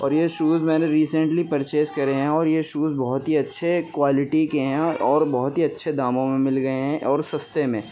اور یہ شوز میں نے ریسینٹلی پرچیز کرے ہیں اور یہ شوز بہت ہی اچھے کوالیٹی کے ہیں اور بہت ہی اچھے داموں میں مل گئے ہیں اور سستے میں